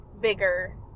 bigger